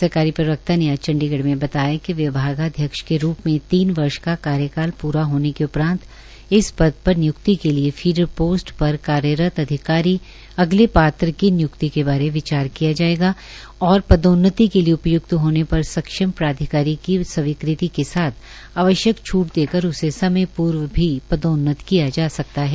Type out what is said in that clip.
सरकारी प्रवक्ता ने आज चंडीगढ़ में बताया कि विभागाध्यक्ष के रूप में तीन वर्ष का कार्यकाल प्रा होने के उपरांत इस पद पर निय्क्ति के लिए फीडर पोस्ट पर कार्यरत अधिकारी अगले पात्र की नियुक्ति के बारे विचार किया जाएगा और पदोन्नति के लिए उपय्क्त होने पर सक्षम प्राधिकारी की स्वीकृति के साथ आवश्यक छूट देकर उसे समय पूर्व भी पदोन्नत किया जा सकता है